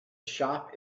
shop